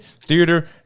theater